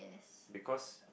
because